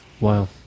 Wow